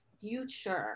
future